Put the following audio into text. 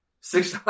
six